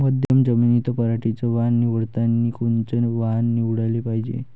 मध्यम जमीनीत पराटीचं वान निवडतानी कोनचं वान निवडाले पायजे?